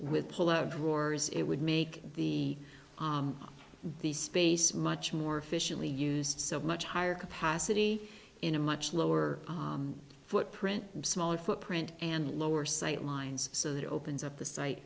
with pull out drawers it would make the the space much more efficiently used so much higher capacity in a much lower footprint smaller footprint and lower site lines so that opens up the si